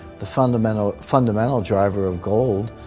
the fundamental, fundamental driver of gold,